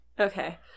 Okay